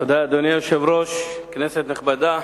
אדוני היושב-ראש, תודה, כנסת נכבדה,